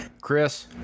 chris